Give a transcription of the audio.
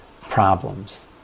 problems